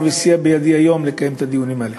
וסייע בידי היום לקיים את הדיונים האלה.